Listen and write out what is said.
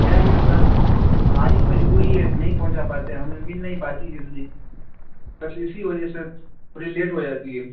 کیا کریں سر ہماری مجبوری ہے نہیں پہنچا پاتے ہیں ہمیں مل نہیں پاتی جلدی بس اسی وجہ سے تھوڑی لیٹ ہو جاتی ہے